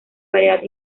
variedad